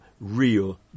real